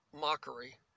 mockery